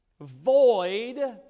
void